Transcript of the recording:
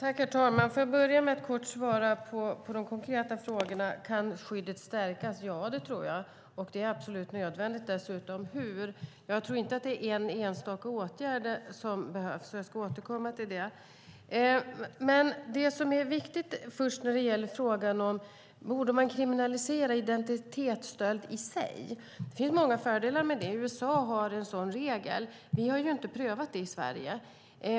Herr talman! Låt mig börja med att kort svara på de konkreta frågorna. Kan skyddet stärkas? Ja, det tror jag. Det är dessutom absolut nödvändigt. Hur kan det stärkas? Jag tror inte att det är en enstaka åtgärd som behövs. Jag ska återkomma till detta. Borde man kriminalisera identitetsstöld i sig? Det finns många fördelar med det. USA har en sådan regel. Vi har inte prövat det i Sverige.